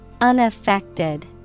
Unaffected